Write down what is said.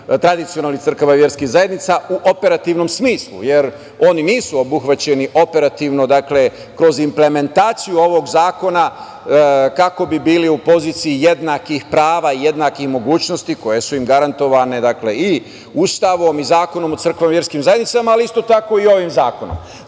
tradicionalnih crkava i verskih zajednica u operativnom smislu, jer oni nisu obuhvaćeni operativno kroz implementaciju ovog zakona, kako bi bili u poziciji jednakih prava i jednakih mogućnosti koje su im garantovane i Ustavom i Zakonom o crkvenim i verskim zajednicama, ali isto tako i ovim zakonom.